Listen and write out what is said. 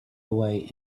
away